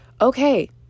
Okay